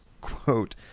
quote